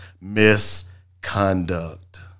misconduct